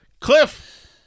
Cliff